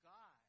God